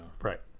Right